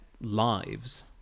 lives